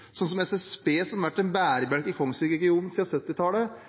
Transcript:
sånn som SSB, som har vært en bærebjelke i